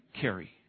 carry